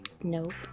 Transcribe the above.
Nope